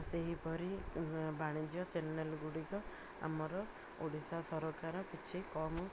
ସେହିପରି ବାଣିଜ୍ୟ ଚ୍ୟାନେଲ୍ଗୁଡ଼ିକ ଆମର ଓଡ଼ିଶା ସରକାର କିଛି କମ୍